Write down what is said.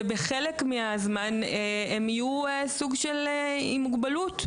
ובחלק מהזמן הם יהיו עם מוגבלות,